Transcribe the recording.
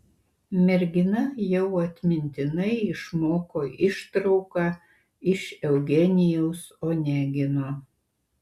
mergina jau atmintinai išmoko ištrauką iš eugenijaus onegino